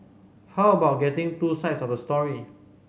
how about getting two sides of the story